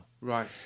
Right